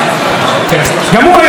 ועכשיו אני לא יודע באיזו סיעה הוא.